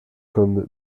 comme